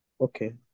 Okay